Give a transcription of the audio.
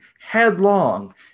headlong